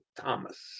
Thomas